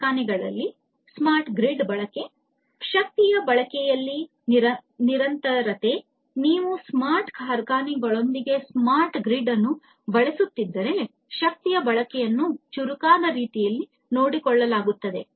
smart ಕಾರ್ಖಾನೆಗಳಲ್ಲಿ smart grid ಬಳಕೆ ಶಕ್ತಿಯ ಬಳಕೆಯಲ್ಲಿ ನಿರಂತರತೆ ನೀವು ಸ್ಮಾರ್ಟ್ ಕಾರ್ಖಾನೆಗಳೊಂದಿಗೆ ಸ್ಮಾರ್ಟ್ ಗ್ರಿಡ್ ಅನ್ನು ಬಳಸುತ್ತಿದ್ದರೆ ಶಕ್ತಿಯ ಬಳಕೆಯನ್ನು ಚುರುಕಾದ ರೀತಿಯಲ್ಲಿ ನೋಡಿಕೊಳ್ಳಲಾಗುತ್ತದೆ